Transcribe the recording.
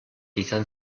izan